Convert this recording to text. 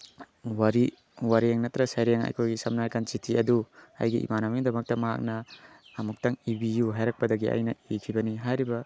ꯋꯥꯔꯤ ꯋꯥꯔꯦꯡ ꯅꯠꯇꯔꯒ ꯁꯩꯔꯦꯡ ꯑꯩꯈꯣꯏꯒꯤ ꯁꯝꯅ ꯍꯥꯏꯔꯀꯥꯟꯗ ꯆꯤꯊꯤ ꯑꯗꯨ ꯑꯩꯒꯤ ꯏꯃꯥꯟꯅꯕꯒꯤꯗꯃꯛꯇ ꯃꯍꯥꯛꯅ ꯑꯃꯨꯛꯇꯪ ꯏꯕꯤꯌꯨ ꯍꯥꯏꯔꯛꯄꯗꯒꯤ ꯑꯩꯅ ꯏꯈꯤꯕꯅꯤ ꯍꯥꯏꯔꯤꯕ